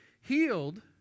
healed